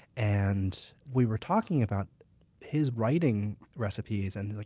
and we were talking about his writing recipes, and